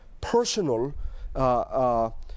personal